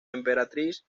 emperatriz